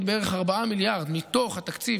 עוד בערך 4 מיליארד שקלים מתוך התקציב